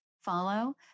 follow